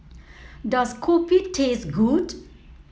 does Kopi taste good